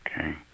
okay